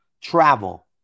Travel